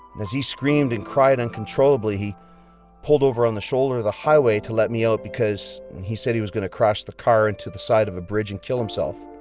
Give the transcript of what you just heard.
as he screamed and cried uncontrollably, he pulled over on the shoulder of the highway to let me out because he said he was going to crash the car into the side of a bridge and kill himself.